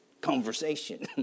conversation